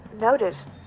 noticed